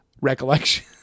recollection